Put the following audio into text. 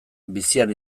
bizian